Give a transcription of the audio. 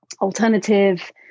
alternative